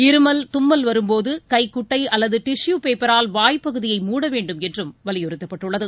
இருமல் தும்மல் வரும்போதுகைகுட்டைஅல்லது டிஷு பேப்பரால் வாய் பகுதியை மூட வேண்டும் என்றும் வலியுறுத்தப்பட்டுள்ளது